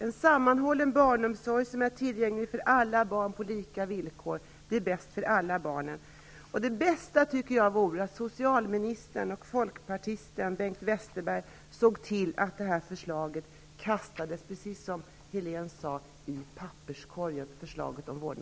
En sammanhållen barnomsorg som är tillgänglig för alla barn på lika villkor är bäst för alla barn. Det bästa vore om socialministern, folkpartisten Bengt Westerberg, såg till att förslaget om vårdnadsbidrag kastades i papperskorgen.